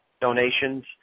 donations